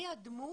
מי הדמות?